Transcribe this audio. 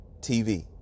TV